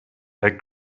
like